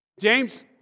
James